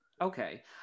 Okay